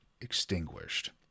extinguished